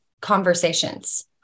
Conversations